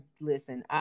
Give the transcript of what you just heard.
listen